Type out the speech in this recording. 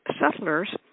settlers